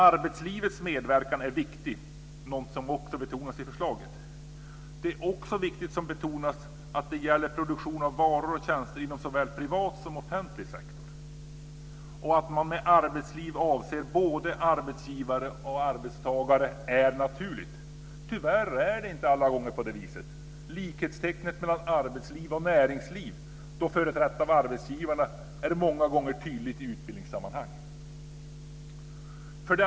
Arbetslivets medverkan är viktig, något som också betonas i förslaget. Dessutom är det viktigt, som också betonas, att det gäller produktion av varor och tjänster inom såväl privat som offentlig sektor. Att med begreppet arbetsliv avses både arbetsgivare och arbetstagare är naturligt. Tyvärr är det inte alla gånger på det viset. Likhetstecknet mellan arbetsliv och näringslivet, företrätt av arbetsgivarna, är många gånger tydligt i utbildningssammanhang.